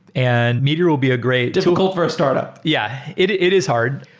and meteor will be a great diffi cult for a startup yeah. it it is hard.